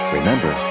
Remember